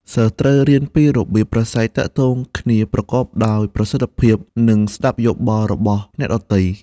សិស្សត្រូវរៀនពីរបៀបប្រាស្រ័យទាក់ទងគ្នាប្រកបដោយប្រសិទ្ធភាពនិងស្តាប់យោបល់របស់អ្នកដទៃ។